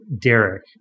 Derek